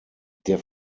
der